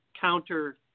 counter